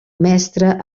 mestre